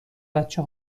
بچه